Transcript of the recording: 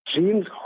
dreams